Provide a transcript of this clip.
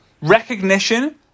Recognition